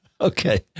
Okay